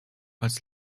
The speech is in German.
als